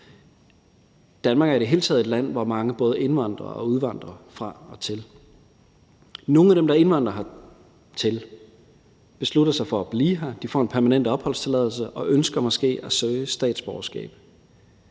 Danmark er i det hele taget et land, som mange både indvandrer til og udvandrer fra. Nogle af dem, der indvandrer hertil, beslutter sig for at blive her. De får en permanent opholdstilladelse og ønsker måske at søge statsborgerskab.